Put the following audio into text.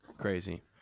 Crazy